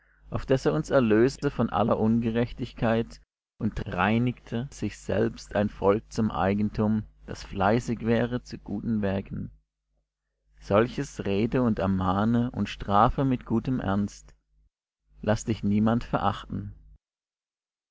auf daß er uns erlöste von aller ungerechtigkeit und reinigte sich selbst ein volk zum eigentum das fleißig wäre zu guten werken solches rede und ermahne und strafe mit gutem ernst laß dich niemand verachten